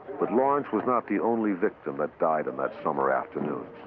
but lawrence was not the only victim that died on that summer afternoon.